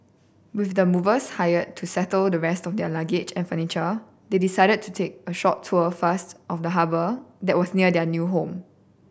with the movers hired to settle the rest of their luggage and furniture they decided to take a short tour of the harbour that was near their new home